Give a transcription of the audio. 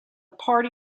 party